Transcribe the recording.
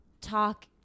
talk